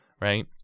right